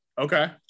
Okay